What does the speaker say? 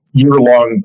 year-long